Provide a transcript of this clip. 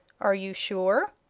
are you sure?